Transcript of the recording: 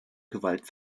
gewalt